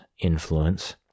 influence